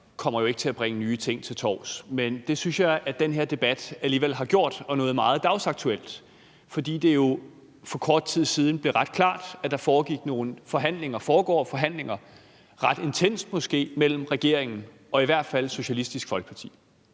kommer jo ikke til at bringe nye ting til torvs, men det synes jeg at den her debat alligevel har gjort, og noget meget dagsaktuelt, fordi det jo for kort tid siden blev ret klart, at der foregik nogle forhandlinger – foregår forhandlinger ret intenst måske – mellem regeringen og i hvert fald Socialistisk Folkeparti.